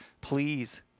Please